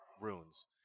runes